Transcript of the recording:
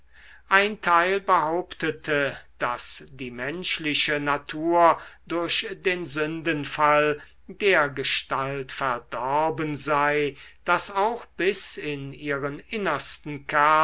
ein teil behauptete daß die menschliche natur durch den sündenfall dergestalt verdorben sei daß auch bis in ihren innersten